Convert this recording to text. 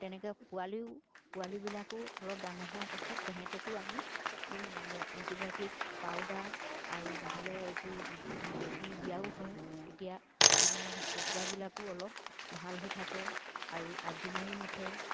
তেনেকে পোৱালিও পোৱালীবিলাকো অলপ ডাঙৰ হোৱা পাছত তেহঁতকো আমি এণ্টিবায়'টিক পাউদাৰ আৰু নহ'লে এইবোৰ বেজি দিয়াও হয় তেতিয়া মানে কুকুৰাবিলাকো অলপ ভাল হৈ থাকে আৰু আজিনাও নুঠে